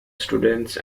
students